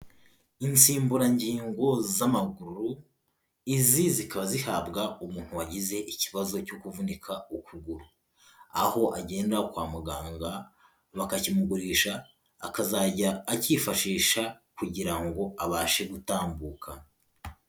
Insimburangingo z'amaguru, izi zikaba zihabwa umuntu wagize ikibazo cyo kuvunika ukuguru. Aho agenda kwa muganga bakakimugurisha akazajya akifashisha kugira ngo abashe gutambuka.